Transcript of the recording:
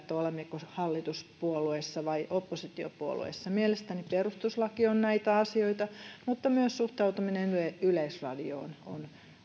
olemmeko hallituspuolueessa vai oppositiopuolueessa mielestäni perustuslaki on näitä asioita mutta myös suhtautuminen yleisradioon on